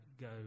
go